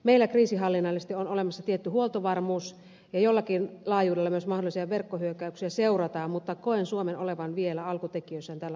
meillä kriisinhallinnallisesti on olemassa tietty huoltovarmuus ja jollakin laajuudella myös mahdollisia verkkohyökkäyksiä seurataan mutta koen suomen olevan vielä alkutekijöissään tällä alueella